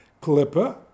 clipper